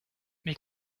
mais